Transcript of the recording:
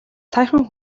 саяхан